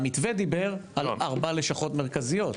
מתווה דיבר על ארבע לשכות מרכזיות.